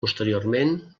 posteriorment